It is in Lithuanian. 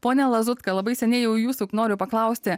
pone lazutka labai seniai jau jūsų noriu paklausti